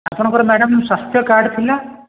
ଆପଣଙ୍କର ମ୍ୟାଡ଼ମ୍ ସ୍ୱାସ୍ଥ୍ୟ କାର୍ଡ଼୍ ଥିଲା